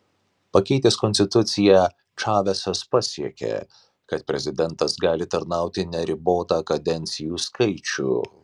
pakeitęs konstituciją čavesas pasiekė kad prezidentas gali tarnauti neribotą kadencijų skaičių